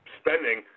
spending